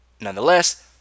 Nonetheless